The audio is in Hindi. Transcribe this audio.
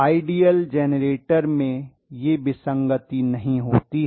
आइडियल जेनरेटर में यह विसंगति नहीं होती है